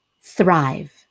thrive